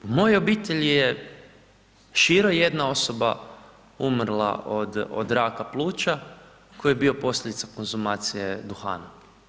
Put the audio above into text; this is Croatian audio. U mojoj obitelji je široj jedna osoba umrla od raka pluća koji je bio posljedica konzumacije duhana.